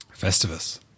Festivus